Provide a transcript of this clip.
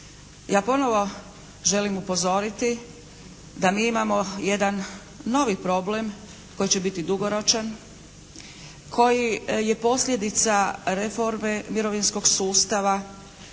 Ja ponovo želim upozoriti da mi imamo jedan novi problem koji će biti dugoročan, koji je posljedica reforme mirovinskog sustava